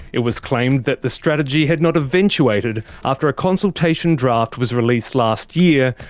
it was claimed that the strategy had not eventuated after a consultation draft was released last year,